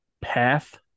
path